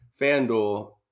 FanDuel